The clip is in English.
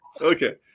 okay